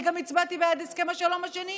אני הצבעתי גם בעד הסכם השלום השני,